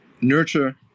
nurture